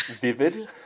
vivid